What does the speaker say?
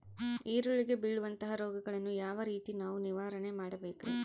ಈರುಳ್ಳಿಗೆ ಬೇಳುವಂತಹ ರೋಗಗಳನ್ನು ಯಾವ ರೇತಿ ನಾವು ನಿವಾರಣೆ ಮಾಡಬೇಕ್ರಿ?